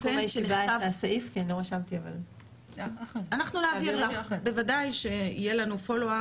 אנחנו נעביר לך בוודאי שיהיה לנו follow wp